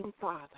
Father